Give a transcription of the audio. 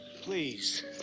Please